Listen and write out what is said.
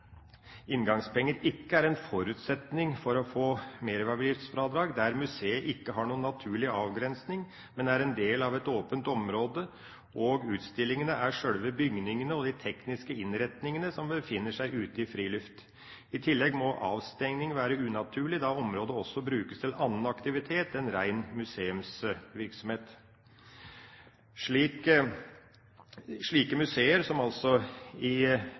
inngangspenger ikke er en forutsetning for å få merverdiavgiftsfradrag der museet ikke har noen naturlig avgrensning, men er en del av et åpent område, og der utstillingene er sjølve bygningene og de tekniske innretningene som befinner seg ute i friluft. I tillegg må avstengning være unaturlig, da området også brukes til annen aktivitet enn rein museumsvirksomhet. Slike museer, som i en del tilfeller altså